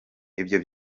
ibyo